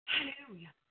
Hallelujah